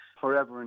forever